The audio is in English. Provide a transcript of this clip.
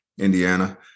Indiana